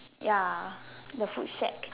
ya the food shack